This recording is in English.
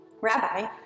rabbi